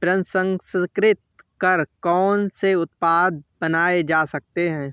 प्रसंस्कृत कर कौन से उत्पाद बनाए जा सकते हैं?